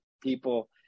people